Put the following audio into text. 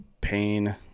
pain